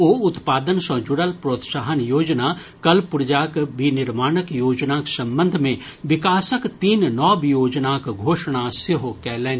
ओ उत्पादन सँ जुड़ल प्रोत्साहन योजना कलपुर्जाक विनिर्माणक योजनाक संबंध मे विकासक तीन नव योजनाक घोषणा सेहो कयलनि